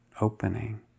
opening